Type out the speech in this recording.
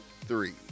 three